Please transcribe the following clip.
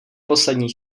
poslední